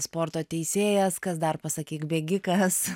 sporto teisėjas kas dar pasakyk bėgikas